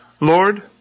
Lord